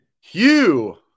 Hugh